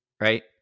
right